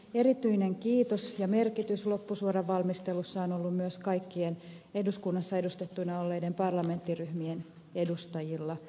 erityinen kiitos ja merkitys loppusuoran valmistelussa on ollut myös kaikkien eduskunnassa edustettuina olleiden parlamenttiryhmien edustajilla